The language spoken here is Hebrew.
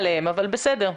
אוקיי.